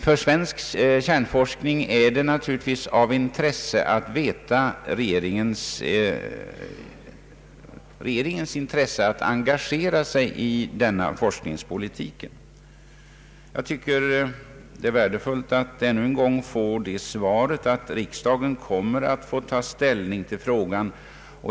För svensk kärnforskning är det naturligtvis värdefullt att veta regeringens intresse av att engagera sig i denna forskningspolitik. Jag tycker att det är bra att ännu en gång ha fått beskedet att riksdagen kommer att få ta ställning till frågan.